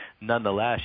nonetheless